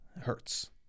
Hurts